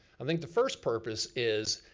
i think the first purpose is,